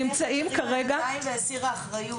שנמצאים כרגע --- יכול להיות שהמחנכת הרימה ידיים והסירה אחריות,